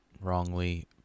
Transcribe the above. wrongly